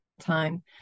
time